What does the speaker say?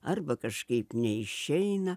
arba kažkaip neišeina